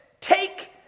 Take